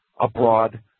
abroad